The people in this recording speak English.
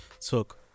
took